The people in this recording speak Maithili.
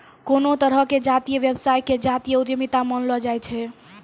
कोनो तरहो के जातीय व्यवसाय के जातीय उद्यमिता मानलो जाय छै